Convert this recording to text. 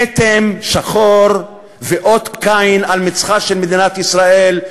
כתם שחור ואות קין על מצחה של מדינת ישראל,